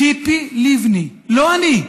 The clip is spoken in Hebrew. ציפי לבני, לא אני,